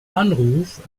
anruf